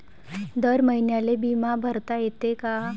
दर महिन्याले बिमा भरता येते का?